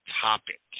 topic